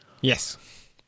Yes